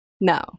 no